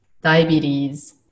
diabetes